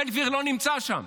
בן גביר לא נמצא שם.